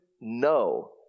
No